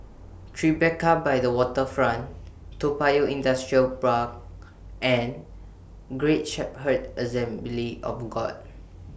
Tribeca By The Waterfront Toa Payoh Industrial Park and Great Shepherd Assembly of God